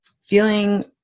feeling